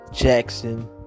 Jackson